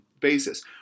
basis